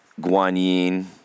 Guanyin